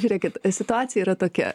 žiūrėkit situacija yra tokia